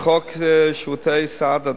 על-פי חוק שירותי הסעד,